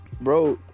bro